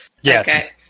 Yes